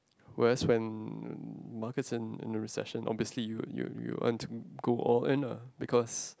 whereas when when markets and and recession obviously you you you would want to go all in lah because